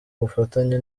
ubufatanye